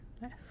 Nice